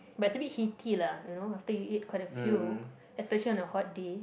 but a bit heaty lah you know after you eat quite a few especially on the hot day